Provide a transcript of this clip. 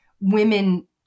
women